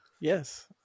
Yes